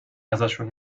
ازشون